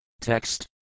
Text